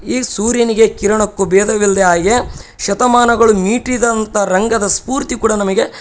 ಈ ಸೂರ್ಯನಿಗೆ ಕಿರಣಕ್ಕು ಭೇದವಿಲ್ದೆ ಹಾಗೆ ಶತಮಾನಗಳು ಮೀಟಿದಂಥ ರಂಗದ ಸ್ಫೂರ್ತಿ ಕೂಡ ನಮಗೆ